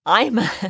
Ima